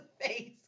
face